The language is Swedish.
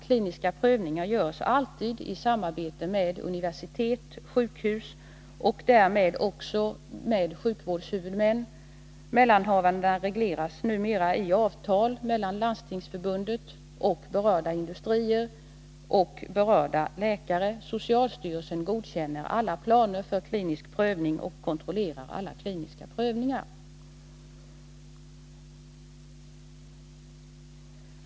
Kliniska prövningar görs alltid i samarbete med universitet och sjukhus och därmed också med sjukvårdshuvudmän. Mellanhavandena regleras numera i avtal mellan Landstingsförbundet. berörda industrier och berörda läkare. Socialstyrelsen godkänner alla planer för klinisk prövning och kontrollerar alla kliniska prövningar.